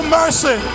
mercy